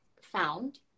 found